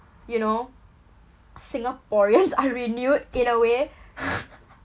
you know singaporeans are renewed it a way